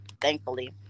Thankfully